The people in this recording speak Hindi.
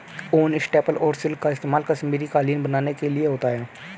ऊन, स्टेपल और सिल्क का इस्तेमाल कश्मीरी कालीन बनाने के लिए होता है